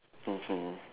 mmhmm